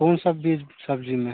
कौन सा बीज सब्ज़ी में